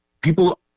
people